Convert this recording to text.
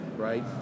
Right